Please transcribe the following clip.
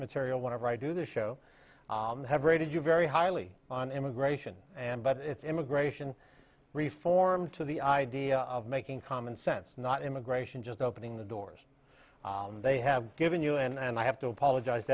material whatever i do the show have rated you very highly on immigration and but it's immigration reform to the idea of making common sense not immigration just opening the doors they have given you and i have to apologize to